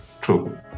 true